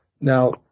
Now